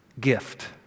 Gift